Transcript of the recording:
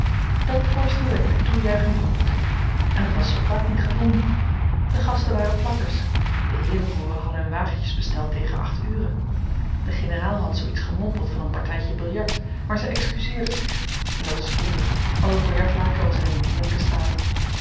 dat voorstel werd met toejuiching begroet en het was zoo kwaad niet gevonden de gasten waren plakkers de heerenboeren hadden hun wagentjes besteld tegen acht ure de generaal had zoo iets gemompeld van een partijtje billard maar zij excuseerden zich en dat was gelukkig want het billardlaken was in een deerlijken staat